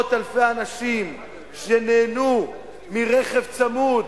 מאות אלפי אנשים שנהנו מרכב צמוד